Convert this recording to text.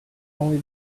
only